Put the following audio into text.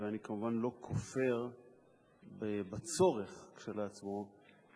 ואני כמובן לא כופר בצורך כשלעצמו,